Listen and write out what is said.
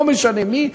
לא משנה מי,